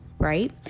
Right